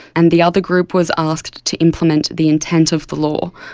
and the other group was asked to implement the intent of the law.